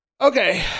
Okay